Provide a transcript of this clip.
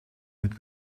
mit